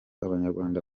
abanyarwanda